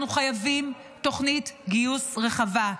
אנחנו חייבים תוכנית גיוס רחבה,